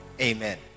amen